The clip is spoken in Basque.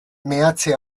meatze